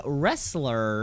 wrestler